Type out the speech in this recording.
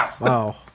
wow